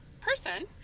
person